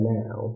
now